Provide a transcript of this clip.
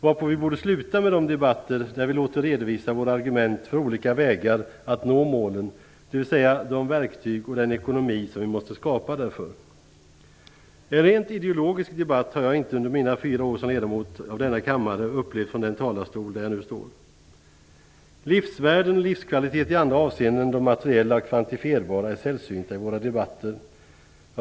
Varpå vi borde sluta med de debatter där vi låter redovisa våra argument för olika vägar att nå målen, dvs. de verktyg och den ekonomi som vi måste skapa därför. En rent ideologisk debatt har jag inte under mina fyra år som ledamot av denna kammare upplevt från den talarstol där jag nu står. Livsvärden och livskvalitet i andra avseenden än de materiella och kvantifierbara är sällsynta i våra debatter.